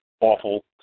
awful